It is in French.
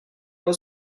pas